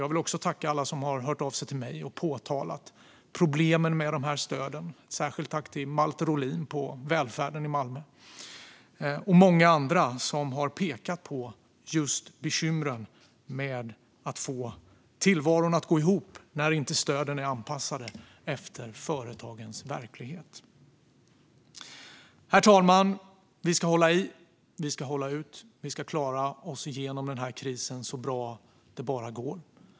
Jag vill också tacka alla som har hört av sig till mig och påtalat problemen med de här stöden - särskilt tack till Malte Rohlin på Välfärden i Malmö och många andra som har pekat på just bekymren med att få tillvaron att gå ihop när stöden inte är anpassade efter företagens verklighet. Herr talman! Vi ska hålla i, vi ska hålla ut och vi ska klara oss igenom den här krisen så bra som det bara går.